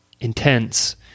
intense